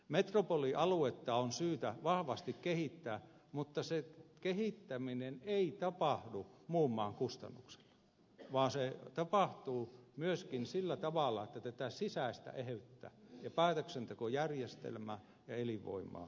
metropolialuetta on syytä vahvasti kehittää mutta sen kehittäminen ei tapahdu muun maan kustannuksella vaan se tapahtuu myöskin sillä tavalla että tätä sisäistä eheyttä ja päätöksentekojärjestelmää ja elinvoimaa vahvistetaan